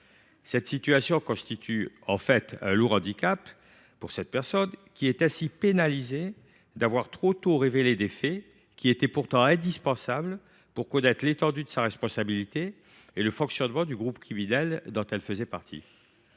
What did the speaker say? telle situation constitue un lourd handicap pour cette personne, qui est ainsi pénalisée d’avoir révélé trop tôt des faits pourtant indispensables pour connaître l’étendue de sa responsabilité et le fonctionnement du groupe criminel dont elle faisait partie.